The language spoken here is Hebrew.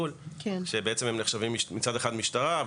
שהם נחשבים מצד אחד משטרה,